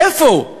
איפה?